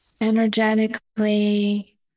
energetically